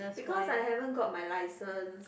because I haven't got my license